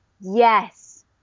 Yes